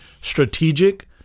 strategic